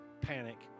panic